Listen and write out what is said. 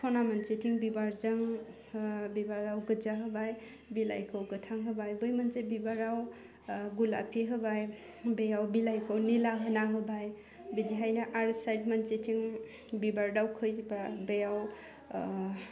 खना मोनसेथिं बिबारजों ओह बिबाराव गोज्जा होबाय बिलाइखौ गोथां होबाय बै मोनसे बिबाराव होह गलाफि होबाय बेयाव बिलाइखौ नीला होना होबाय बिदिहायनो आर साइट नसेथिं बिबार दावखै होबा बेयाव ओह